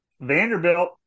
Vanderbilt